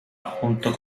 junto